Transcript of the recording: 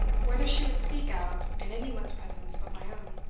whether she would speak out in any one's presence but my own.